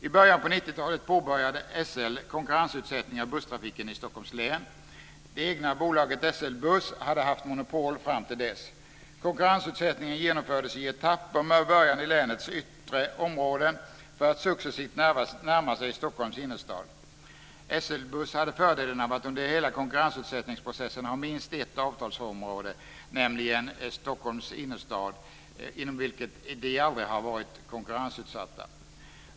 I början av 90-talet påbörjade SL konkurrensutsättning av busstrafiken i Stockholms län. Det egna bolaget SL Buss hade haft monopol fram till dess. Konkurrensutsättningen genomfördes i etapper med början i länets yttre områden för att successivt närma sig Stockholms innerstad. SL Buss hade fördelen av att under hela konkurrensutsättningsprocessen ha minst ett avtalsområde, nämligen Stockholms innerstad, inom vilket man aldrig har varit konkurrensutsatt.